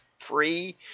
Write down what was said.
free